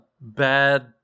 bad